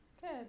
Good